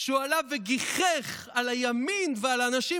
שהוא עלה וגיחך על הימין ועל האנשים